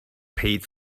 paid